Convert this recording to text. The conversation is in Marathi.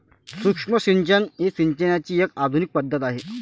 सूक्ष्म सिंचन ही सिंचनाची एक आधुनिक पद्धत आहे